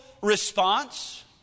response